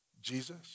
Jesus